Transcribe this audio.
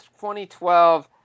2012